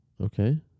Okay